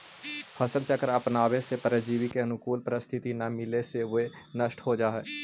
फसल चक्र अपनावे से परजीवी के अनुकूल परिस्थिति न मिले से वे नष्ट हो जाऽ हइ